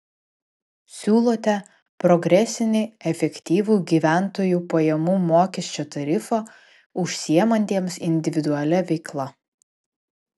siūlote progresinį efektyvų gyventojų pajamų mokesčio tarifą užsiimantiems individualia veikla